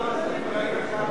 אם, תתמוך,